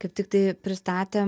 kaip tiktai pristatėm